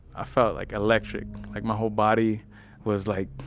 i felt like electric like my whole body was like